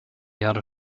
jahre